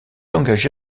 engagé